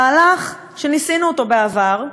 מהלך שניסינו אותו בעבר,